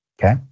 Okay